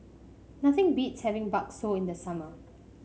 nothing beats having bakso in the summer